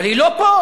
אבל היא לא פה.